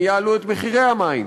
הם יעלו את מחירי המים,